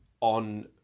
on